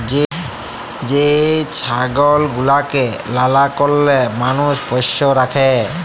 যে ছাগল গুলাকে লালা কারলে মালুষ পষ্য রাখে